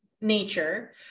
nature